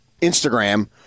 Instagram